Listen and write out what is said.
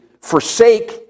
forsake